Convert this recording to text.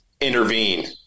intervene